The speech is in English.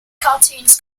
cartoons